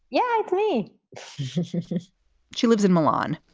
yeah, it's me she says she lives in milan.